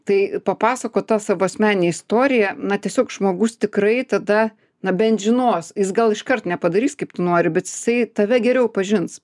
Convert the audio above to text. tai papasakot tą savo asmeninę istoriją na tiesiog žmogus tikrai tada na bent žinos jis gal iškart nepadarys kaip tu nori bet jisai tave geriau pažins